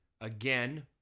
Again